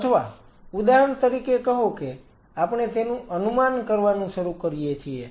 અથવા ઉદાહરણ તરીકે કહો કે આપણે તેનું અનુમાન કરવાનું શરૂ કરીએ છીએ